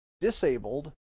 disabled